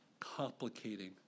complicating